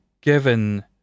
given